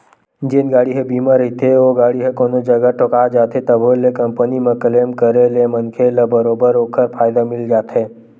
जेन गाड़ी ह बीमा रहिथे ओ गाड़ी ह कोनो जगा ठोका जाथे तभो ले कंपनी म क्लेम करे ले मनखे ल बरोबर ओखर फायदा मिल जाथे